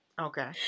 Okay